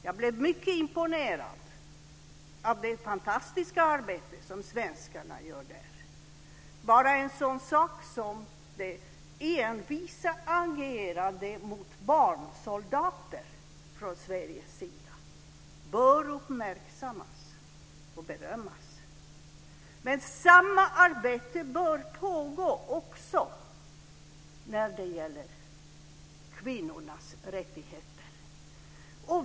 Jag blev mycket imponerad av det fantastiska arbete som svenskarna gör där. Bara en sådan sak som det envisa agerandet mot barnsoldater från svensk sida bör uppmärksammas och berömmas. Men samma arbete bör också pågå när det gäller kvinnornas rättigheter.